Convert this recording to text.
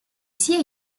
sia